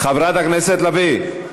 חברת הכנסת לביא.